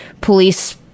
police